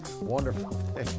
wonderful